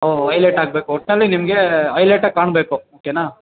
ಓಹ್ highlight ಆಗಬೇಕು ಒಟ್ನಲ್ಲಿ ನಿಮಗೆ ಐಲೇಟಾಗಿ ಕಾಣಬೇಕು ಓಕೆಯ